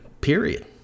Period